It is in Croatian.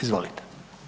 Izvolite.